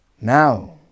Now